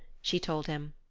she told him.